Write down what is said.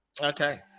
Okay